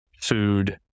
food